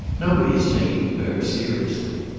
nobody is taking it very seriously.